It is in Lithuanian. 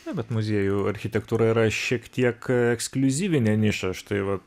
na bet muziejų architektūra yra šiek tiek ekskliuzyvinė niša aš tai va